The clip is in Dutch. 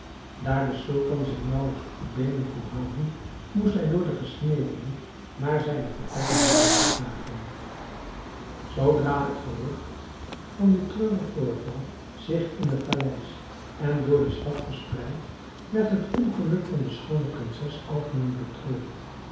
de sultan zich naauwelijks op de beenen kon houden moest hij door de gesnedenen naar zijne vertrekken worden gedragen zoodra het gerucht van dit treurig voorval zich in het paleis en door de stad verspreid werd het ongeluk van de schoone prinses algemeen betreurd